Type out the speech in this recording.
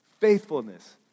faithfulness